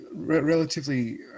relatively